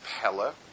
Pella